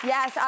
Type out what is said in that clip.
Yes